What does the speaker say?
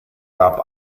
gab